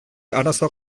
arazoa